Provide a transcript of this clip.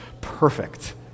perfect